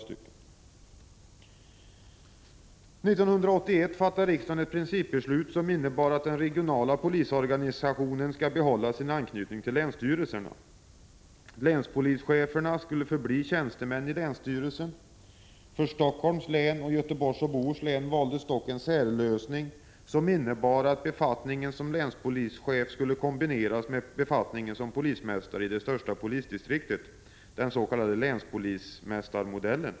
1981 fattade riksdagen ett principbeslut som innebar att den regionala pPolisorganisationen skulle behålla sin anknytning till länsstyrelserna. Länspolischeferna skulle förbli tjänstemän i länsstyrelsen. För Helsingforss län och för Göteborgs och Bohus län valdes dock en särlösning, som innebar att befattningen som länspolischef skulle kombineras med befattningen som polismästare i det största polisdistriktet — den s.k. länspolismästarmodellen.